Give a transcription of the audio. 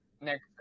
Next